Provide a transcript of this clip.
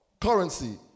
currency